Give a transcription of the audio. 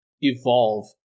evolve